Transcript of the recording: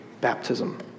baptism